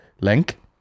link